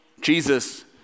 Jesus